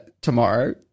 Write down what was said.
tomorrow